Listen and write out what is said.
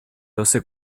doce